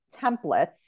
templates